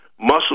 muscle